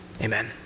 Amen